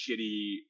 shitty